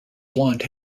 blond